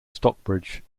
stockbridge